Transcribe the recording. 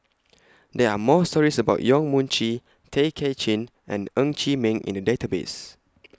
There Are stories about Yong Mun Chee Tay Kay Chin and Ng Chee Meng in The Database